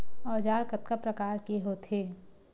औजार कतना प्रकार के होथे?